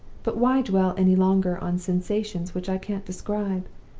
but why dwell any longer on sensations which i can't describe?